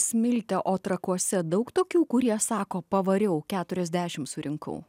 smilte o trakuose daug tokių kurie sako pavariau keturiasdešim surinkau